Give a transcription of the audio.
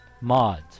Mods